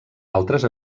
altres